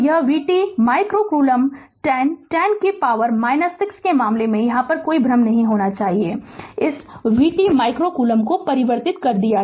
तो V T micro coulomb 10 10 को power 6 के मामले में कोई भ्रम नहीं होना चाहिए और इस v t माइक्रो कूलम्ब को परिवर्तित कर दिया